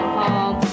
home